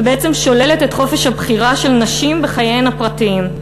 ובעצם שוללת את חופש הבחירה של נשים בחייהן הפרטיים,